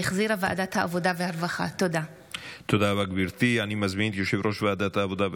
אושרה בקריאה ראשונה ותעבור לדיון בוועדת הפנים